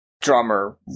drummer